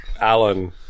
Alan